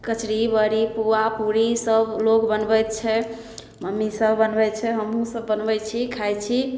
कचड़ी बओड़ी पुआ पूरी सभलोग बनबैत छै मम्मी सभ बनबय छै हमहुँ सभ बनबय छी खाइ छी